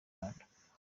rwanda